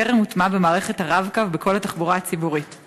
תעלה סגנית שר התחבורה והבטיחות בדרכים חברת הכנסת ציפי חוטובלי